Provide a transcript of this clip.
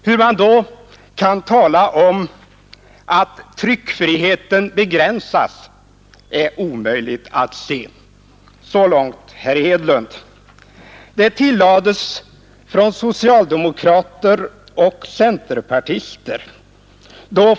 Hur man då kunde tala om att tryckfriheten begränsades var omöjligt att se, sade herr Hedlund.